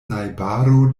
najbaro